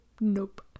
nope